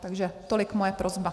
Takže tolik moje prosba.